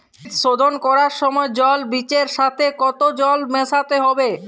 বীজ শোধন করার সময় জল বীজের সাথে কতো জল মেশাতে হবে?